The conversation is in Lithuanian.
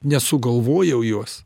nesugalvojau juos